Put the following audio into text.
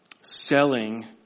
selling